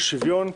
של שוויון,